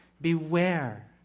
Beware